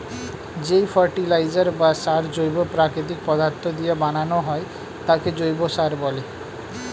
যেই ফার্টিলাইজার বা সার জৈব প্রাকৃতিক পদার্থ দিয়ে বানানো হয় তাকে জৈব সার বলে